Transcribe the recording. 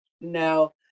No